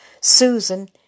Susan